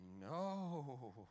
no